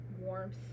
warmth